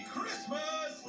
Christmas